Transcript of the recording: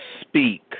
speak